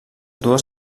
dues